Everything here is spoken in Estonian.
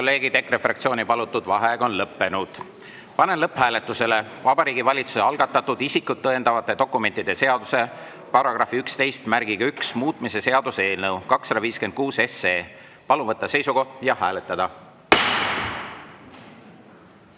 kolleegid, EKRE fraktsiooni palutud vaheaeg on lõppenud. Panen lõpphääletusele Vabariigi Valitsuse algatatud isikut tõendavate dokumentide seaduse § 111muutmise seaduse eelnõu 256. Palun võtta seisukoht ja hääletada!